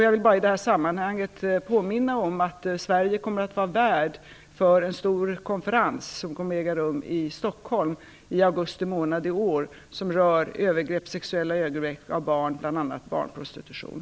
Jag vill i detta sammanhang påminna om att Sverige kommer att vara värd för en stor konferens som kommer att äga rum i Stockholm i augusti månad i år som rör sexuella övergrepp på barn - bl.a. barnprostitution.